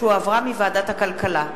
שהועברה מוועדת הכלכלה.